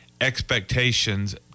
expectations